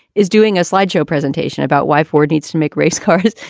is doing a slide show presentation about why ford needs to make race cars.